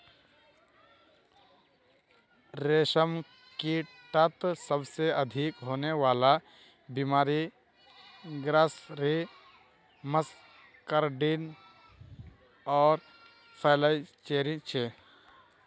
रेशमकीटत सबसे अधिक होने वला बीमारि ग्रासरी मस्कार्डिन आर फ्लैचेरी छे